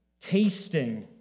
tasting